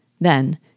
Then